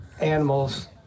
animals